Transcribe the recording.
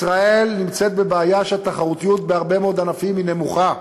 ישראל נמצאת בבעיה שהתחרותיות בהרבה מאוד ענפים היא נמוכה.